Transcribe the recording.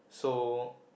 so